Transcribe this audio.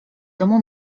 domu